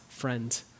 Friend